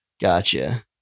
Gotcha